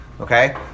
Okay